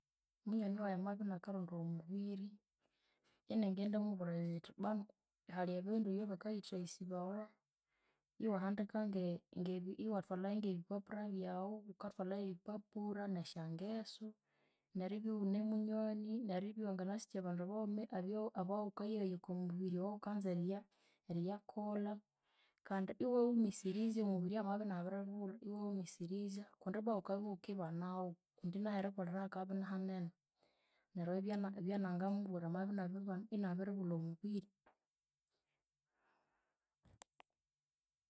Munywani wayi amabya inakarondaya omubiri, iningindimubwira nyithi bbwanu hali ebindu ebyabakayithaghisibawa iwahandika nge ng'ebi iwathwalhayo ng'ebipapura byawu, wukathwalhayo ebipapura n'esyangeso, n'eribya iwune munywani n'eribya iwanganasikya abandu abawama abawama abawukayeghaya oko mubiri owawukanza eriya eriyakolha, kandi iwawumisirizya omubiri amabya inabiribulha, iwawumisirizya kundi ibbwa wukabya iwukendibanawo kundi nah'erikolhera hakabya inihanene neryo ebyo byana byanangamubwira amabya inabiriba inabiribulha omubiri.